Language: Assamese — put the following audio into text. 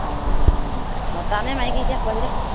অঁ মতা নে মাইকী এতিয়া